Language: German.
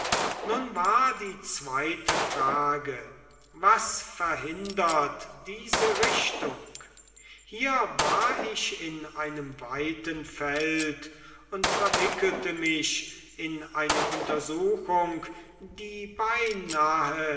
nun war die zweite frage was verhindert diese richtung hier war ich in einem weiten feld und verwickelte mich in eine untersuchung die beinahe